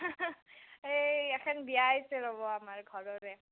এই এখান বিয়া আইছে ৰ'ব আমাৰ ঘৰৰে